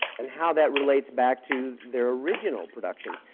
and how that relates back to their original productions.